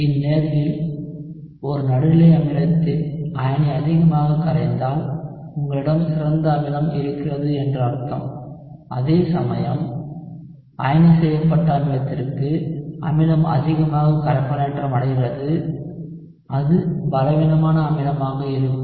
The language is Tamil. இந்நேர்வில் ஒரு நடுநிலை அமிலத்தின் அயனி அதிகமாக கரைந்தால் உங்களிடம் சிறந்த அமிலம் இருக்கிறது என்று அர்த்தம் அதேசமயம் அயனி செய்யப்பட்ட அமிலத்திற்கு அமிலம் அதிகமாக கரைப்பானேற்றமடைகிறது அது பலவீனமான அமிலமாக இருக்கும்